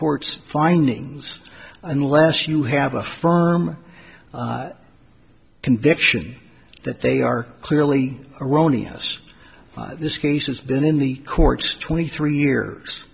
court's findings unless you have a firm conviction that they are clearly erroneous this case has been in the courts twenty three years